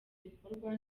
bikorwa